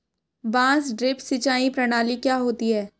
बांस ड्रिप सिंचाई प्रणाली क्या होती है?